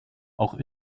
auch